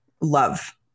love